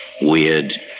Weird